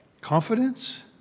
Confidence